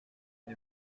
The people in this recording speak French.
une